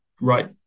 right